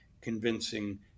convincing